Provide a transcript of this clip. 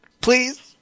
please